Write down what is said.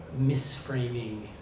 misframing